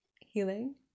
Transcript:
healing